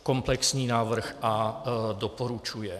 Komplexní návrh doporučuje.